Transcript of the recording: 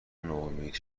نومید